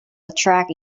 attract